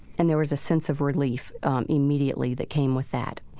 and there was a sense of relief immediately that came with that.